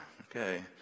okay